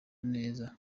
neza